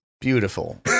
beautiful